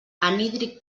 anhídrid